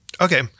Okay